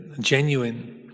genuine